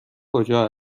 کجا